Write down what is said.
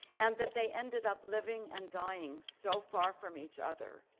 and that they ended up living and dying so far from each other